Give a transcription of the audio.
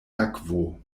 akvo